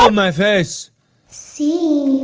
um my face seeing